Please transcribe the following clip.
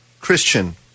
Christian